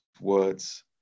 words